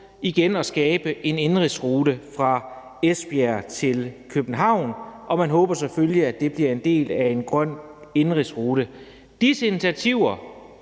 igen at skabe en indenrigsrute fra Esbjerg til København, og man håber selvfølgelig, at det bliver en del af en grøn indenrigsrute. Disse initiativer